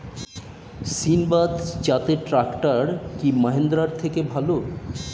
সিণবাদ জাতের ট্রাকটার কি মহিন্দ্রার থেকে ভালো?